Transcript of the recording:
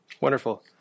wonderful